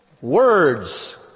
words